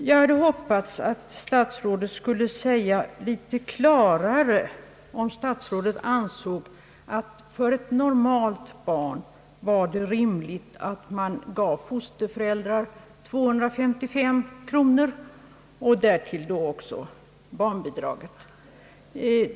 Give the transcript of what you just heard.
Jag hade hoppats att statsrådet Odhnoff skulle ange litet klarare om statsrådet ansåg det rimligt att man för ett normalt barn gav fosterföräldrarna 255 kronor i månaden utom barnbidraget.